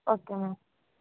okay ma'am